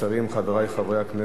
חברי חברי הכנסת,